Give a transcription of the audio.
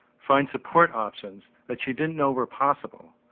find support options that she didn't know where possible,